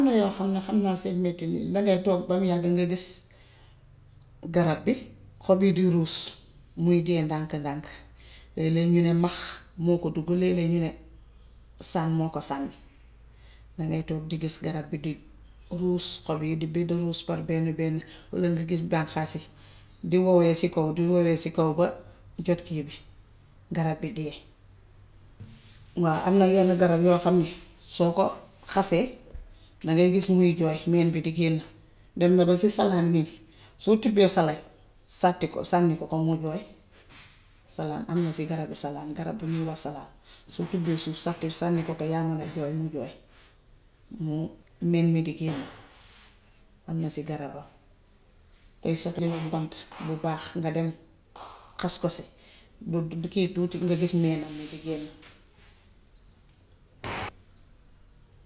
Am na yoo xam ne xam naa seen mettit yi. Dangay toog ba yàgg nga gis garab bi, xob yi di ruus, muy dee ndànk-ndànk. Lee-lee ñu ni max moo ko duggu, lee-lee ñu saam moo ko sàmmi. Dangay toog di gis garab bi di ruus xob yi par benn benn walla nga bis bànqaas yi di howee si kaw di howee si kaw ba jot kii bi garab gi dee. Waaw am na yenn garab yoo xam ne soo ko xasee, dangay gis muy jooy meen bi di génn. Dem na ba si salaan bii, soo tibbee salaan sàtti ko, sànni ko kon mu jooy. Salaan, am na si garabu salaan. Garab bu ñuy wax salaan. Soo tibbee suuf sànni ko sàtti ko, yal na nga jooy mu jooy. Mu meen mi di génn. Am na si garabam. Tay su amoon bant bu baax, nga dem xas ko ci, boo di kii tuuti nga gis meenam mi di génn.